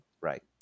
Right